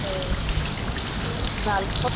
औ नारेंखल